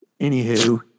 Anywho